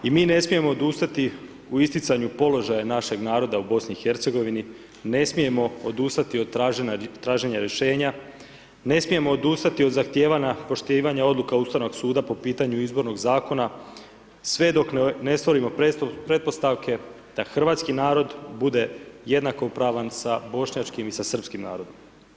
I mi ne smijemo odustati u isticanju položaja našeg naroda u BIH, ne smijemo odustati od traženja rješenja, ne smijemo odustati od zahtijevana poštivanja Ustavnog suda, po pitanju izbornog zakona, sve dok ne stvorimo pretpostavke, da Hrvatski narod bude jednakopravan sa bošnjačkim i sa srpskim narodom.